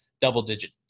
double-digit